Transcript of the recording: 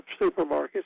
supermarkets